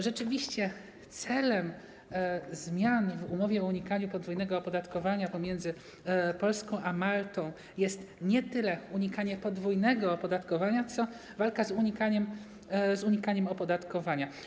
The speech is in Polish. Rzeczywiście celem zmian w umowie o unikaniu podwójnego opodatkowania pomiędzy Polską a Maltą jest nie tyle unikanie podwójnego opodatkowania, co walka z unikaniem opodatkowania.